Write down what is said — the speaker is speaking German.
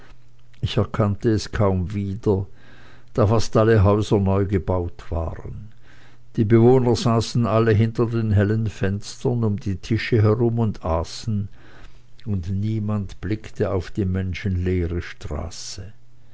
ich erkannte es kaum wieder da fast alle häuser neu gebaut waren die bewohner saßen alle hinter den hellen fenstern um die tische herum und aßen und niemand blickte auf die menschenleere straße